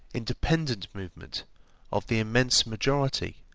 independent movement of the immense majority,